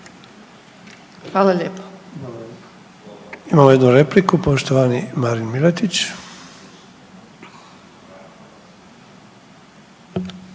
Ante (HDZ)** Imamo jednu repliku, poštovani Marin Miletić.